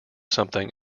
something